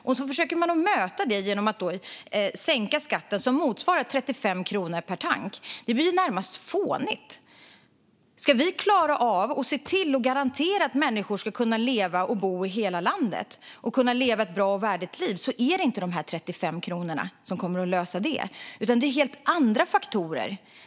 Detta försöker man möta genom att göra en skattesänkning som motsvarar 35 kronor per tank. Det blir närmast fånigt. Ska vi klara av att garantera att människor ska kunna bo i hela landet och leva ett bra och värdigt liv är det inte de här 35 kronorna som kommer att lösa det, utan det är helt andra faktorer.